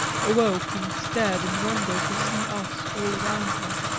awoke and stared in wonder to see us all around her.